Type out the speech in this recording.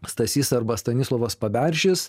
stasys arba stanislovas paberžis